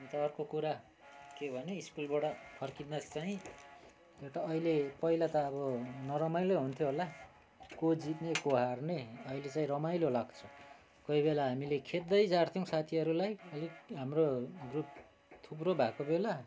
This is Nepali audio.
अन्त अर्को कुरा के भने स्कुलबाट फर्किँदा चाहिँ एउटा अहिले पहिला त अब नरमाइलो हुन्थ्यो होला को जित्ने को हार्ने अहिले चाहिँ रमाइलो लाग्छ कोही बेला हामीले खेद्दै झार्थ्यौँ साथीहरूलाई अलिक हाम्रो ग्रुप थुप्रो भएको बेला